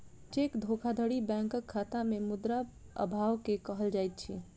cheque धोखाधड़ी बैंकक खाता में मुद्रा अभाव के कहल जाइत अछि